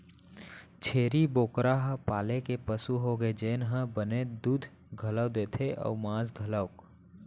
छेरी बोकरा ह पाले के पसु होगे जेन ह बने दूद घलौ देथे अउ मांस घलौक